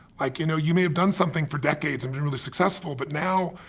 like, you know, you may have done something for decades and been really successful, but now,